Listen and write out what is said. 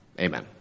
Amen